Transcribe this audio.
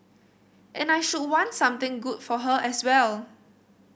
and I should want something good for her as well